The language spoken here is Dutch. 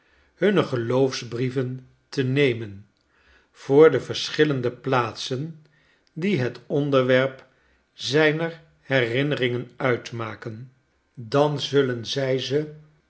hunne geloofsbrieven te nemen voor de verschillende plaatsen die het onderwerp ziiner herinneringen uitmaken dan zullen zij ze